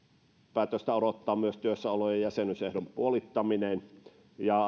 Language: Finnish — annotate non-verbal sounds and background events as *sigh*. päätöstä odottaa myös työssäolo ja ja jäsenyysehdon puolittaminen ja *unintelligible*